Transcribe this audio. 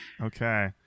Okay